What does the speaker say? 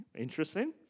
interesting